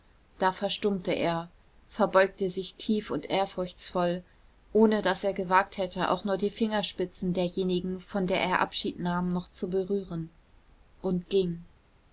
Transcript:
da verstummte er verbeugte sich tief und ehrfurchtsvoll ohne daß er gewagt hätte auch nur die fingerspitzen derjenigen von der er abschied nahm noch zu berühren und ging